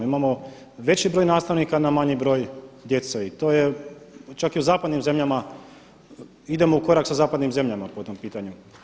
Imamo veći broj nastavnika na manji broj djece i to je, čak i u zapadnim zemljama idemo u korak sa zapadnim zemljama po tom pitanju.